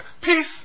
peace